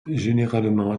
généralement